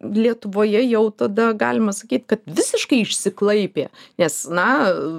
lietuvoje jau tada galima sakyt kad visiškai išsiklaipė nes na